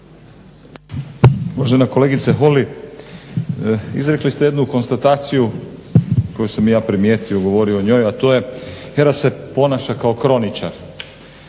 Uvažena kolegice Holy, izrekli ste jednu konstataciju koju sam i ja primijetio, govorio o njoj, a to je HERA se ponaša kao kroničar.